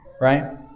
Right